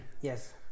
Yes